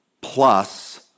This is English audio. plus